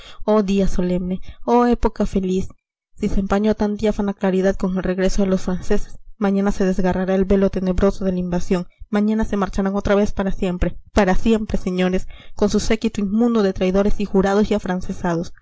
oh día solemne oh época feliz si se empañó tan diáfana claridad con el regreso de los franceses mañana se desgarrará el velo tenebroso de la invasión mañana se marcharán otra vez para siempre para siempre señores con su séquito inmundo de traidores y jurados y afrancesados